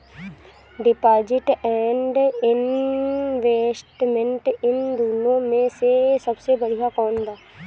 Deposit and investment इन दुनो मे से सबसे बड़िया कौन बा?